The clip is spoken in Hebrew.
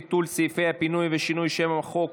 ביטול סעיפי הפינוי ושינוי שם החוק),